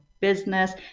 business